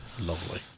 lovely